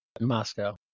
Moscow